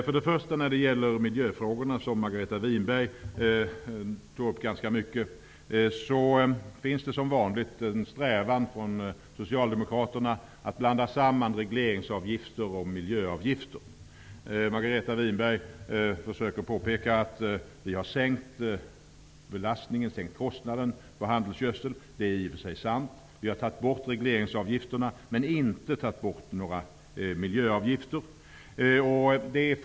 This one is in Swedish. Margareta Winberg tog upp miljöfrågorna ganska mycket, och som vanligt finns det en strävan från Socialdemokraterna att blanda samman regleringsavgifter och miljöavgifter. Margareta Winberg påpekar att vi har sänkt kostnaden på handelsgödsel, och det är i och för sig sant. Vi har tagit bort regleringsavgifterna, men inte några miljöavgifter.